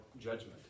judgment